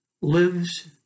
lives